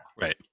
Right